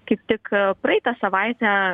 kaip tik praeitą savaitę